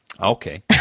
Okay